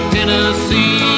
Tennessee